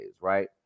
right